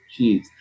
Jeez